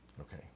Okay